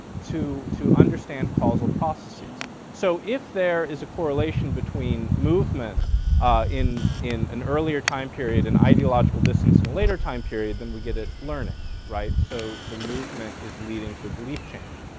to to understand causal processes. so if there is a correlation between movement in in an earlier time period and ideological distance in a later time period then we get at learning, right? so the movement is leading to belief change.